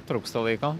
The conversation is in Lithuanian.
trūksta laiko